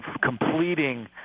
completing